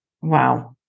Wow